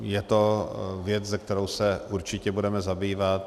Je to věc, kterou se určitě budeme zabývat.